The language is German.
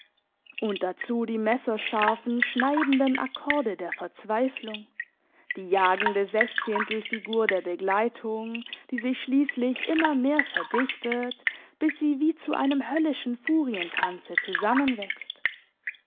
und dazu die messerscharfen schneidenden akkorde der verzweiflung die jagende sechzehntelfigur der begleitung die sich schliesslich immer mehr verdichtet bis sie wie zu einem höllischen furientanze zusammenwächst